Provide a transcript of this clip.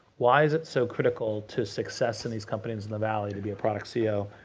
why is it so critical to success in these companies in the valley to be a product ceo,